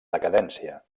decadència